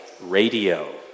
radio